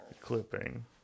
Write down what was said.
clipping